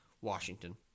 Washington